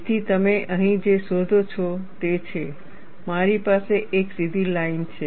તેથી તમે અહીં જે શોધો છો તે છે મારી પાસે એક સીધી લાઇન છે